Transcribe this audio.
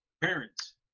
parents